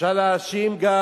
אפשר להאשים גם